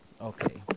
Okay